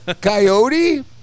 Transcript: Coyote